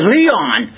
Leon